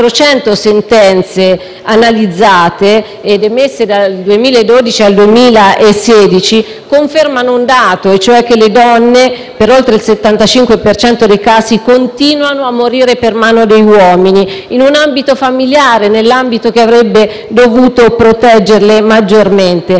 sentenze analizzate - emesse dal 2012 al 2016 - confermano un dato: le donne, per oltre il 75 per cento dei casi, continuano a morire per mano di uomini in un ambito familiare, nell'ambito che avrebbe dovuto proteggerle maggiormente.